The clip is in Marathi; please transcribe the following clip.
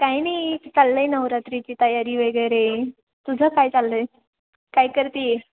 काय नाही चाललं आहे नवरात्रीची तयारी वगैरे तुझं काय चाललं आहे काय करते आहे